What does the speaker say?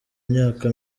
myaka